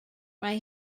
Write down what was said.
mae